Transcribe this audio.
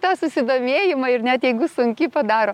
tą susidomėjimą ir net jeigu sunki padaro